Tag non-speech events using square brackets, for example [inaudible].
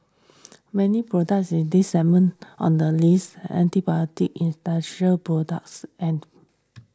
many products in these segment on the list [unintelligible] especial products and